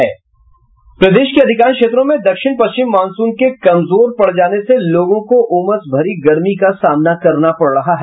प्रदेश के अधिकांश क्षेत्रों में दक्षिण पश्चिम मॉनसून के कमजोर पड़ जाने से लोगों को उमस भरी गर्मी का सामना करना पड़ रहा है